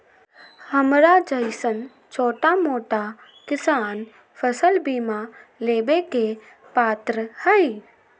हमरा जैईसन छोटा मोटा किसान फसल बीमा लेबे के पात्र हई?